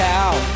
out